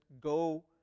go